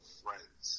friends